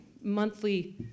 monthly